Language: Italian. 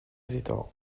esitò